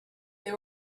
they